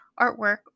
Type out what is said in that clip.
artwork